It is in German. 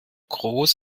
groß